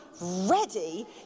ready